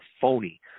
phony